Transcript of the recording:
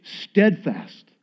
steadfast